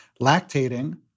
lactating